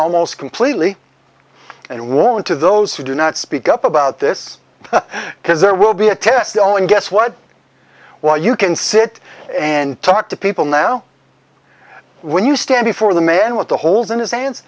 almost completely and wont to those who do not speak up about this because there will be a test oh and guess what while you can sit and talk to people now when you stand before the man with the holes in